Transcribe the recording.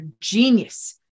genius